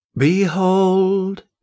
Behold